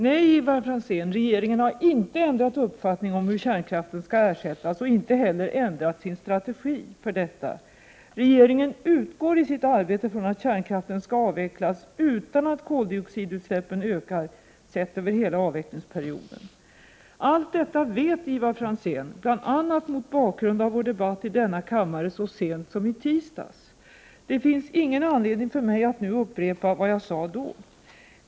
Nej, Ivar Franzén, regeringen har inte ändrat uppfattning om hur kärnkraften skall ersättas och inte heller ändrat sin strategi för detta. Regeringen utgår i sitt arbete från att kärnkraften skall avvecklas utan att koldioxidutsläppen ökar, sett över hela avvecklingsperioden. Allt detta vet Ivar Franzén, bl.a. mot bakgrund av vår debatt i denna kammare så sent som i tisdags. Det finns ingen anledning för mig att nu upprepa vad jag sade då.